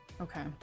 Okay